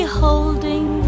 holding